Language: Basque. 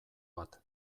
bat